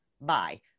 Bye